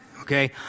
Okay